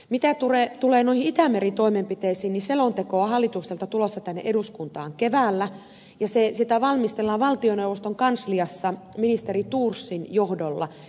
mitä tulee itämeri toimenpiteisiin niin selonteko on hallitukselta tulossa tänne eduskuntaan keväällä ja sitä valmistellaan valtioneuvoston kansliassa ministeri thorsin johdolla